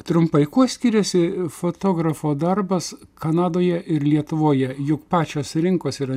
trumpai kuo skiriasi fotografo darbas kanadoje ir lietuvoje juk pačios rinkos yra